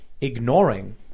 ignoring